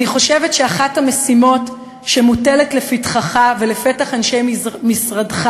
אני חושבת שאחת המשימות שמוטלות לפתחך ולפתח אנשי משרדך